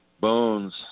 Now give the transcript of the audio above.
Bones